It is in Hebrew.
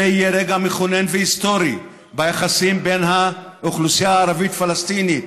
זה יהיה רגע מכונן והיסטורי ביחסים בין האוכלוסייה הערבית פלסטינית,